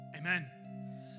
amen